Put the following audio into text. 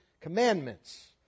Commandments